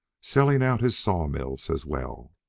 selling out his sawmills as well.